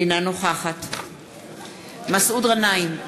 אינה נוכחת מסעוד גנאים,